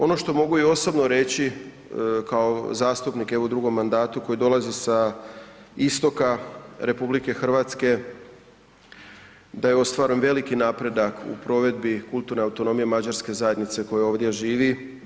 Ono što mogu osobno reći kao zastupnik u drugom mandatu koji dolazi sa istoka RH da je ostvaren veliki napredak u provedbi kulturne autonomije mađarske zajednice koja ovdje živi.